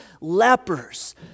lepers